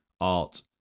art